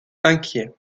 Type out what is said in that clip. inquiets